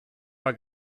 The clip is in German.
war